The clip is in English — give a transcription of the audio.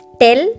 tell